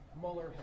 Mueller